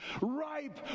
ripe